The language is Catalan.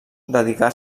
dedicar